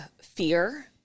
fear